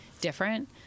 different